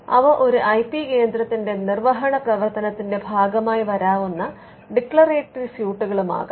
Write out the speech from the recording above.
അവ ഒരു I P കേന്ദ്രത്തിന്റെ നിർവ്വഹണ പ്രവർത്തനത്തിന്റെ ഭാഗമായി വരാവുന്ന ഡിക്ലറേറ്ററി സ്യൂട്ടുകളും ആകാം